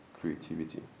creativity